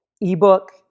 ebook